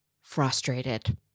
frustrated